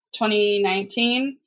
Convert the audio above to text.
2019